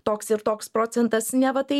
toks ir toks procentas neva tai